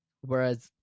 whereas